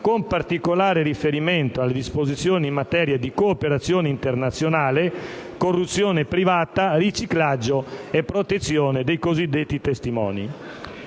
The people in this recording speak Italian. con particolare riferimento alle disposizioni in materia di cooperazione internazionale, corruzione privata, riciclaggio e protezione dei cosiddetti testimoni.